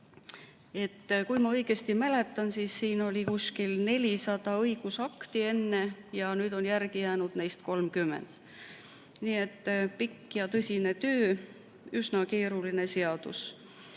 Kui ma õigesti mäletan, siis siin oli enne umbes 400 õigusakti ja nüüd on neist järele jäänud 30. Nii et pikk ja tõsine töö, üsna keeruline seadus.